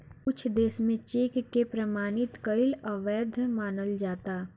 कुछ देस में चेक के प्रमाणित कईल अवैध मानल जाला